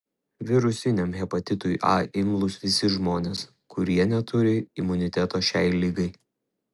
virusiniam hepatitui a imlūs visi žmonės kurie neturi imuniteto šiai ligai